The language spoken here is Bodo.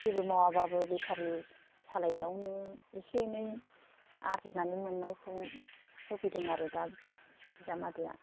जेबो मावाबाबो बेटारि सालायनायावनो एसे एनै आरजिनानै मोननायखौ होफैदों आरो दा बिजामादैया